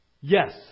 Yes